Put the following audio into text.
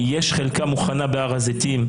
יש חלקה מוכנה בהר הזיתים בירושלים,